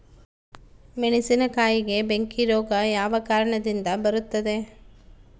ಮೆಣಸಿನಕಾಯಿಗೆ ಬೆಂಕಿ ರೋಗ ಯಾವ ಕಾರಣದಿಂದ ಬರುತ್ತದೆ?